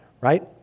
Right